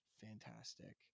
fantastic